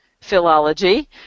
philology